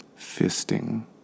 Fisting